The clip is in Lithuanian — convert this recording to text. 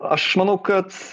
aš manau kad